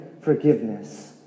forgiveness